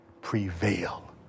prevail